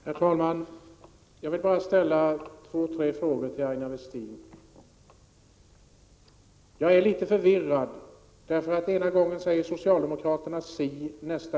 Herr talman! Jag vill bara ställa två tre frågor till Aina Westin. Jag är litet förvirrad, eftersom socialdemokraterna ena gången säger si och andra gånger säger så.